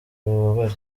ububabare